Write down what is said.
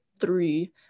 three